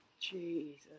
Jesus